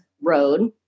road